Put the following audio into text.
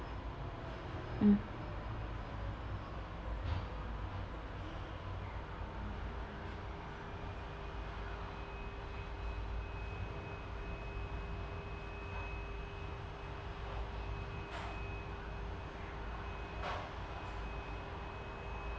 mm